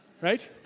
Right